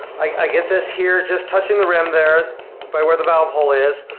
i get this here just touching the rim there by where the valve hole is,